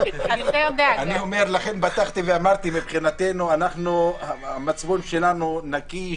לכן פתחתי ואמרתי שהמצפון שלנו נקי,